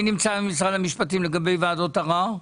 מי נמצא ממשרד המשפטים, לגבי ועדות הערר?